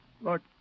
Look